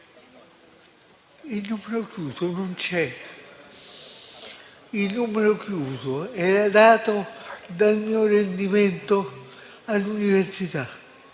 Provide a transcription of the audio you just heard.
Il numero chiuso non c'è. Il numero chiuso era dato dal mio rendimento all'università.